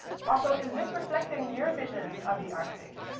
also, is this reflecting your vision of the arctic?